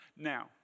Now